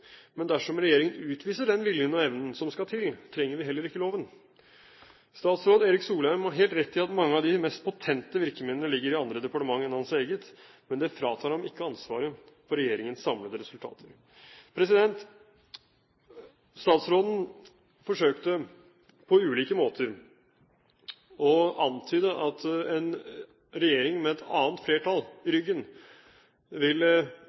Men dersom regjeringen utviser den viljen og evnen som skal til, trenger vi heller ikke loven. Statsråd Erik Solheim har helt rett i at mange av de mest potente virkemidlene ligger i andre departementer enn hans eget, men det fratar ham ikke ansvaret for regjeringens samlede resultater. Statsråden forsøkte på ulike måter å antyde at en regjering med et annet flertall